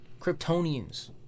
Kryptonians